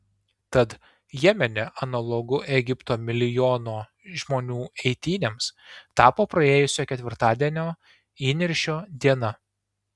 tad jemene analogu egipto milijono žmonių eitynėms tapo praėjusio ketvirtadienio įniršio diena